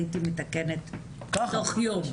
הייתי מתקנת תוך יום.